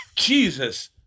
Jesus